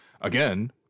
again